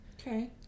Okay